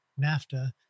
NAFTA